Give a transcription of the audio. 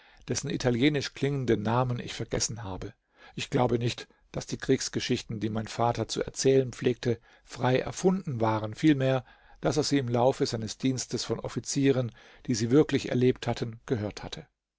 dessen italienisch klingenden namen ich vergessen habe ich glaube nicht daß die kriegsgeschichten die mein vater zu erzählen pflegte frei erfunden waren vielmehr daß er sie im laufe seines dienstes von offizieren die sie wirklich erlebt hatten gehört hatte